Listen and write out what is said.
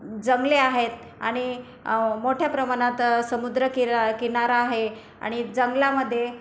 जंगले आहेत आणि मोठ्या प्रमाणात समुद्र किरा किनारा आहे आणि जंगलामध्ये